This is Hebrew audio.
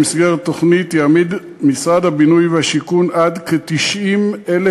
במסגרת התוכנית יעמיד משרד הבינוי והשיכון עד כ-90,000